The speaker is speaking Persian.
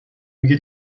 میگه